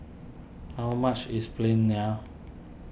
how much is Plain Naan